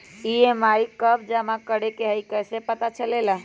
EMI कव जमा करेके हई कैसे पता चलेला?